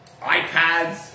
iPads